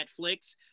Netflix